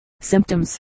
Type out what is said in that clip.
Symptoms